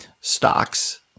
stocks